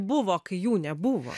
buvo kai jų nebuvo